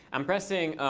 i'm pressing